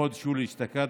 בחודש יולי אשתקד,